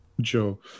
Joe